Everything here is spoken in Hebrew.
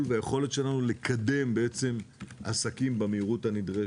וביכולת שלנו לקדם עסקים במהירות הנדרשת,